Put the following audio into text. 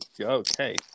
Okay